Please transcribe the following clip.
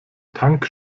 tank